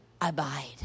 abide